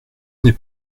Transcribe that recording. n’est